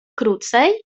krócej